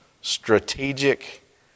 strategic